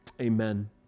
Amen